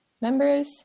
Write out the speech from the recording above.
members